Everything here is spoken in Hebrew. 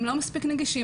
לא מספיק נגישים.